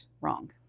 Wrong